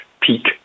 peak